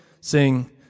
sing